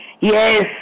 Yes